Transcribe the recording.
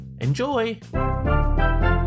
enjoy